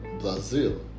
Brazil